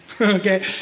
okay